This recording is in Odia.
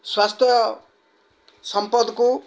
ସ୍ୱାସ୍ଥ୍ୟ ସମ୍ପଦକୁ